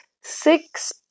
six